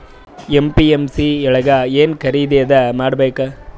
APMC ಯೊಳಗ ಏನ್ ಖರೀದಿದ ಮಾಡ್ಬೇಕು?